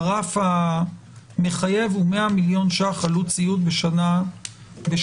הרף המחייב הוא 100 מיליון ₪ עלות בשנה מסוימת.